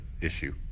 issue